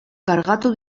kargatu